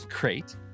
great